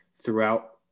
throughout